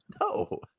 No